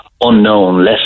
unknown